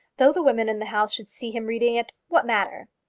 though the women in the house should see him reading it, what matter?